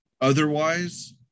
otherwise